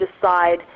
decide